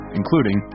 including